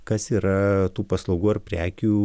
kas yra tų paslaugų ar prekių